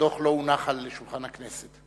הדוח הונח על שולחן חברי הכנסת?